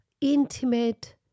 intimate